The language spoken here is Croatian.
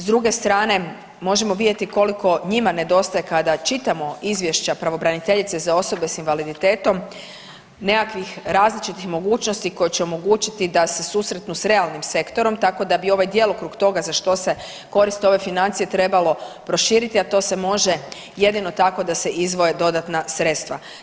S druge strane možemo vidjeti koliko njima nedostaje kada čitamo izvješća pravobraniteljice za osobe s invaliditetom nekakvih različitih mogućnosti koje će omogućiti da se susretnu s realnim sektorom, tako da bi ovaj djelokrug toga za što se koriste ove financije trebalo proširiti, a to se može jedino tako da se izdvoje dodatna sredstva.